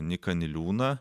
nyką niliūną